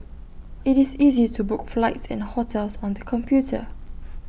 IT is easy to book flights and hotels on the computer